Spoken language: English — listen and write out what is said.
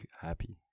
happy